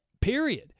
Period